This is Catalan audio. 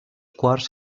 quarts